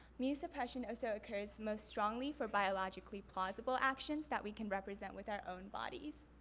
mu suppression also occurs most strongly for biologically plausible actions that we can represent with our own bodies.